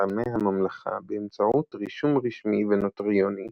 עמי הממלכה באמצעות רישום רשמי ונוטריוני